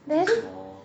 then